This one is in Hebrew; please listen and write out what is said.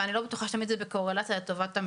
ואני לא בטוחה שתמיד זה בקורלציה לטובת המדינה.